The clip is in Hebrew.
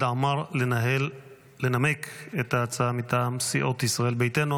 עמאר לנמק את ההצעה מטעם סיעות ישראל ביתנו,